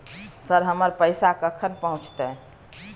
Sir, हमर पैसा कखन पहुंचतै?